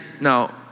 no